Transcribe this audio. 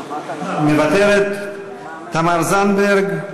מוותרת, תמר זנדברג,